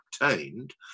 obtained